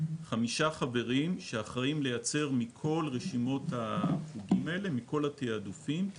חמישה חברים שאחראים לייצר מכל הרשימות האלו וכל התעדופים רק